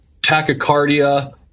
tachycardia